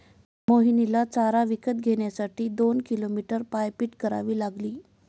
रोहिणीला चारा विकत घेण्यासाठी दोन किलोमीटर पायपीट करावी लागली